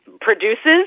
produces